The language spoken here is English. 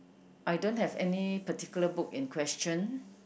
I don't have any particular book in question